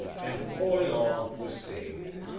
and orleans was saved.